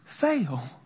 fail